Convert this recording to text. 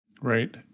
Right